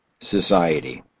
society